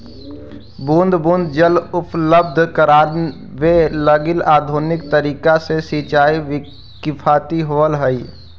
बूंद बूंद जल उपलब्ध करावे लगी आधुनिक तरीका से सिंचाई किफायती होवऽ हइ